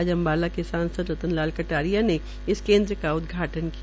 आज अम्बाला के सांसद रतन लाल कटारिया ने इस केन्द्र का उदघाटन किया